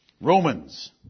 Romans